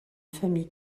famille